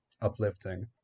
uplifting